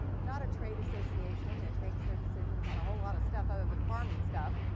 not a trade association that makes their decisions on a whole lot of stuff other than farming stuff.